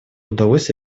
удалось